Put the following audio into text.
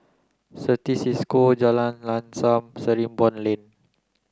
Certis Cisco Jalan Lam Sam Sarimbun Lane